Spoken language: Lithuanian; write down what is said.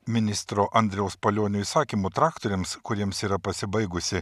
ministro andriaus palionio įsakymu traktoriams kuriems yra pasibaigusi